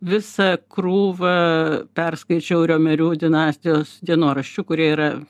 visą krūvą perskaičiau riomerių dinastijos dienoraščių kurie yra